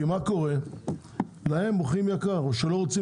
כי מה שקורה מוכרים להם יקר או שלא רוצים